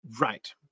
Right